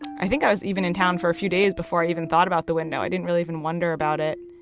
i think i was even in town for a few days before i even thought about the window. i didn't really even wonder about it